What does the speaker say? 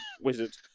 wizard